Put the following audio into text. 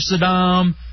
Saddam